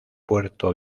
puerto